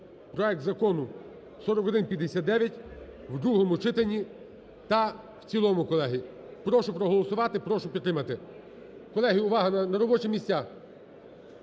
проект Закону 4159 в другому читанні та в цілому, колеги. Прошу проголосувати. Прошу підтримати. Колеги, увага! На робочі місця!